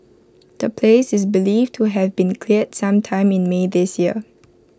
the place is believed to have been cleared some time in may this year